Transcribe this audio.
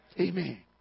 Amen